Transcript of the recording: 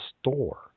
store